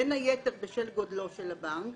בין היתר בשל גודלו של הבנק.